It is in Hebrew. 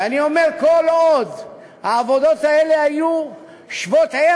ואני אומר, כל עוד העבודות האלה היו שוות-ערך,